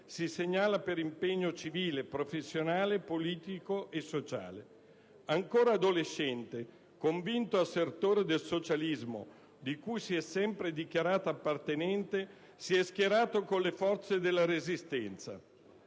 si segnala per impegno civile, professionale, politico e sociale. Ancora adolescente, convinto assertore del socialismo, di cui si è sempre dichiarato appartenente, si è schierato con le forze della Resistenza.